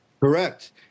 Correct